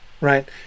right